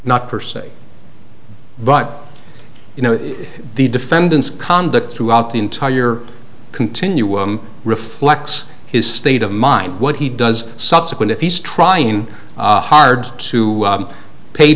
not per se but you know the defendant's conduct throughout the entire continuum reflects his state of mind what he does subsequent if he's trying hard to